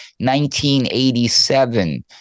1987